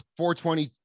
420